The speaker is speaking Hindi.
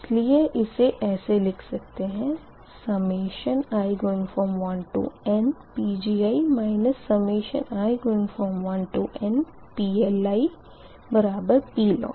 इसलिए इसे ऐसे लिख सकते है i1nPgi i1nPLiPloss